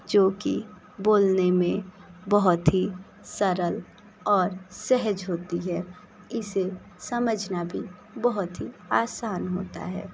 जो की बोलने में बहुत ही सरल और सहज होती है इसे समझना भी बहुत ही आसान होता है